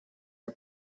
her